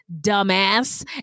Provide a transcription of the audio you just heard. dumbass